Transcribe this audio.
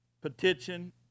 petition